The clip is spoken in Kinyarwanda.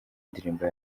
ndirimbo